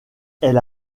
elle